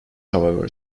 however